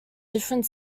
different